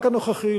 רק הנוכחי,